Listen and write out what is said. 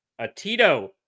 Atito